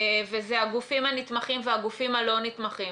וזה הגופים הנתמכים והגופים הלא נתמכים.